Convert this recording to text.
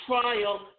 trial